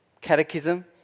catechism